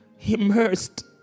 immersed